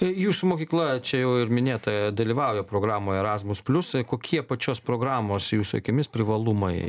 tai jūsų mokykla čia jau ir minėta dalyvauja programoje erasmus plius kokie pačios programos jūsų akimis privalumai